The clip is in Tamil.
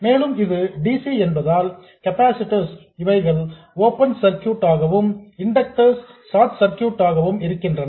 மேலும் இது dc என்பதால் கெபாசிட்டர்ஸ் இவைகள் ஓபன் சர்க்யூட் ஆகவும் இண்டக்டர்ஸ் ஷார்ட் சர்க்யூட் ஆகவும் இருக்கின்றன